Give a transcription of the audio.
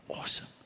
Awesome